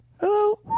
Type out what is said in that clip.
Hello